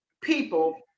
people